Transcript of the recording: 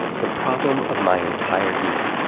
the problem of my entire year